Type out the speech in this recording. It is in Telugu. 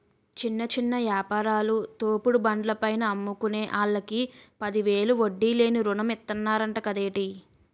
చిన్న చిన్న యాపారాలు, తోపుడు బండ్ల పైన అమ్ముకునే ఆల్లకి పదివేలు వడ్డీ లేని రుణం ఇతన్నరంట కదేటి